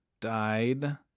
died